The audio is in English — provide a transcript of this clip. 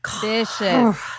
vicious